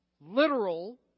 literal